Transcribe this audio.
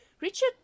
Richard